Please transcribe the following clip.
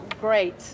great